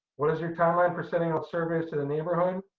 what is your timeline for sending out surveys to the neighborhood,